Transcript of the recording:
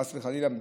חס וחלילה,